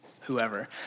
whoever